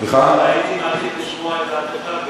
הייתי מעדיף לשמוע את דעתך,